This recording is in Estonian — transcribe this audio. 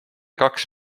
kaks